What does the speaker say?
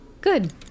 Good